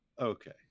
Okay